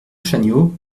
chagnaud